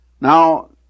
Now